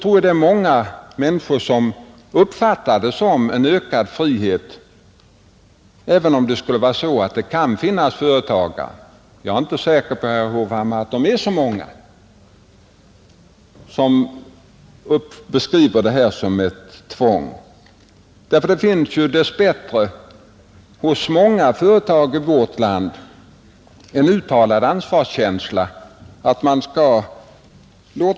Och jag är inte säker på, herr Hovhammar, att det är så många företagare som uppfattar det här som ett tvång. Det finns ju dess bättre hos företagen i vårt land ofta en uttalad ansvarskänsla för arbetskraften.